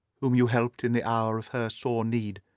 whom you helped in the hour of her sore need.